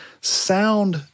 sound